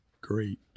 great